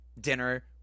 dinner